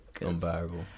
Unbearable